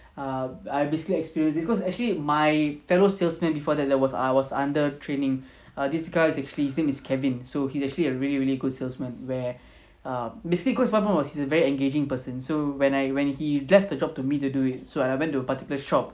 err I basically experience this because actually my fellow salesmen before that there was I was under training err this guy is actually his name is kevin so he's actually a really really good salesman where err basically goes my point was he's a very engaging person so when I when he left the job to me to do it so I went to particular shop